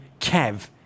Kev